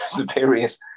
various